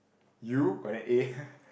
you got an A